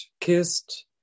kissed